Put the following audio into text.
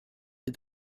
did